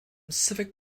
civic